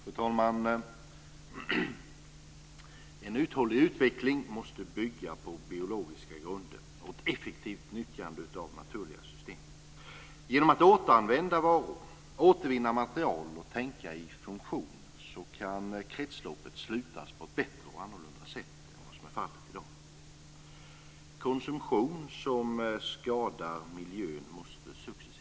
Fru talman! En uthållig utveckling måste bygga på biologiska grunder och ett effektivt nyttjande av naturliga system. Genom att återanvända varor, återvinna material och tänka i funktioner kan kretsloppet slutas på ett bättre och annorlunda sätt än vad som är fallet i dag. Konsumtion som skadar miljön måste successivt minskas.